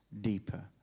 deeper